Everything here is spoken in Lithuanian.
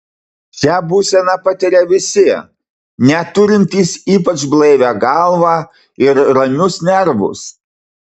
šią būseną patiria visi net turintys ypač blaivią galvą ir ramius nervus